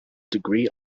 degree